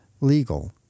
legal